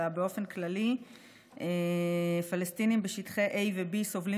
אלא באופן כללי פלסטינים בשטחי A ו-B סובלים